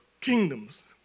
kingdoms